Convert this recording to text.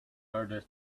order